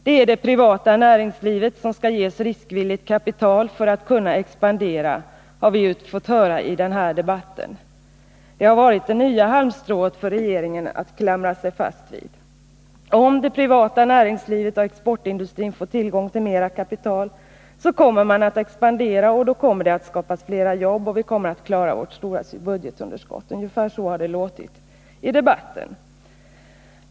Det är det privata näringslivet som skall ges riskvilligt kapital för att kunna expandera, har vi ju fått höra i den här debatten. Det har varit det nya halmstrået för regeringen att klamra sig fast vid. Om det privata näringslivet och exportindustrin får tillgång till mera kapital så kommer man att expandera, och då kommer det att skapas flera jobb och vi kommer att klara av vårt stora budgetunderskott — ungefär så har det låtit i debatten.